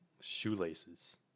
Shoelaces